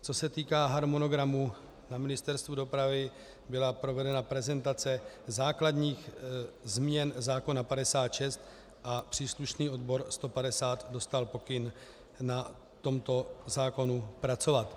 Co se týká harmonogramu, na Ministerstvu dopravy byla provedena prezentace základních změn zákona č. 56 a příslušný odbor 150 dostal pokyn na tomto zákonu pracovat.